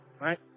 right